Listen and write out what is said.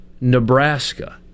Nebraska